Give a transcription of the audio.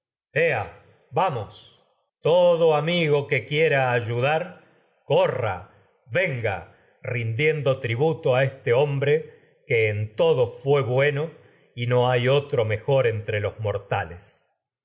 vamos todo amigo que c uie áyax ra ayudar corra venga rindiendo tributo a este hom que en bre todo fué bueno y no hay otro mejor entre los mortales